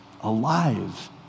alive